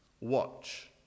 watch